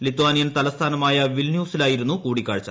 Lithuanian തലസ്ഥാനമായ വിൽന്യൂസിലായിരുന്നു കൂടിക്കാഴ്ച